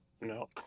No